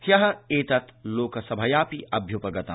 ह्यः एतत् लोकसभया अपि अभ्य्पगतम्